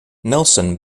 nelson